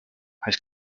has